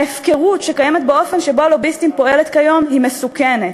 ההפקרות שקיימת באופן שבו הלוביסטים פועלים כיום היא מסוכנת.